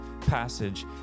passage